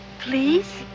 Please